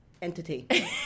entity